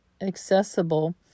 accessible